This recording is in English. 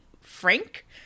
Frank